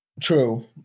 True